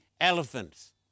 elephants